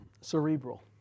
cerebral